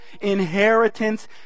inheritance